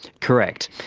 correct.